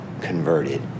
converted